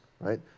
right